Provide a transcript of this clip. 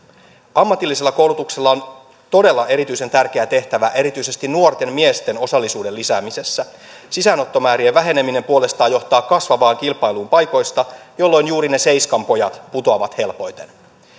ammatillisella koulutuksella on todella erityisen tärkeä tehtävä erityisesti nuorten miesten osallisuuden lisäämisessä sisäänottomäärien väheneminen puolestaan johtaa kasvavaan kilpailuun paikoista jolloin juuri ne seiskan pojat putoavat helpoiten